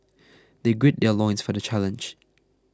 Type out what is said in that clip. they gird their loins for the challenge